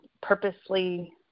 purposely